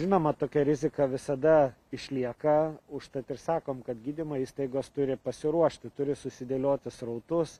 žinoma tokia rizika visada išlieka užtat ir sakom kad gydymo įstaigos turi pasiruošti turi susidėlioti srautus